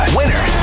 winner